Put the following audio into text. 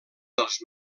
dels